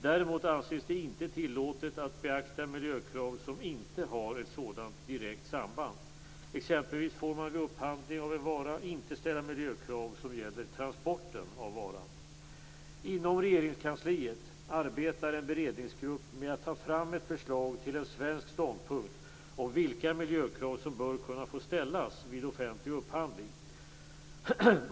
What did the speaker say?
Däremot anses det inte tillåtet att beakta miljökrav som inte har ett sådant direkt samband. Exempelvis får man vid upphandling av en vara inte ställa miljökrav som gäller transporten av varan. Inom Regeringskansliet arbetar en beredningsgrupp med att ta fram ett förslag till en svensk ståndpunkt om vilka miljökrav som bör kunna få ställas vid offentlig upphandling.